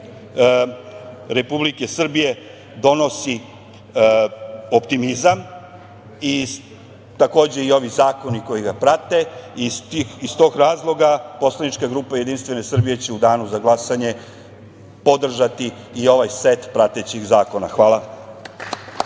Republike Srbije donosi optimizam i ovi zakoni koji ga prate i iz tog razloga Poslanička grupa JS će u danu za glasanje podržati i ovaj set pratećih zakona. Hvala.